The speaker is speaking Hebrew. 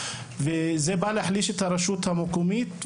זה בא להחליש את הרשות המקומית.